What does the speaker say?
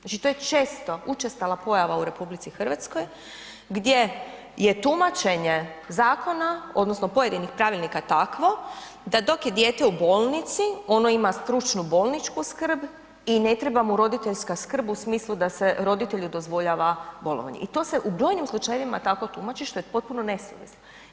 Znači to je često, učestala pojava u RH gdje je tumačenje zakona, odnosno pojedinih pravilnika takvo, da dok je dijete u bolnici, ono ima stručnu bolničku skrb i ne treba mu roditeljska skrb u smislu da se roditelju dozvoljava bolovanje i to se u brojnim slučajevima tako tumači, što je potpuno nesuvislo.